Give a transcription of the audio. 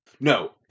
No